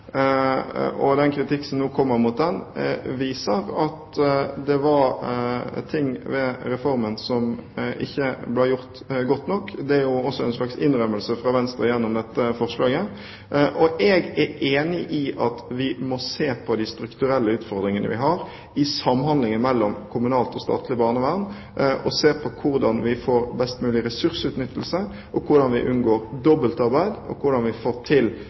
og den kritikk som nå kommer mot den, viser at det er ting ved reformen som ikke ble gjort godt nok. Det er også en slags innrømmelse fra Venstre gjennom dette forslaget. Jeg er enig i at vi må se på de strukturelle utfordringene vi har i samhandlingen mellom kommunalt og statlig barnevern, og se på hvordan vi får best mulig ressursutnyttelse, hvordan vi unngår dobbeltarbeid, og hvordan vi får til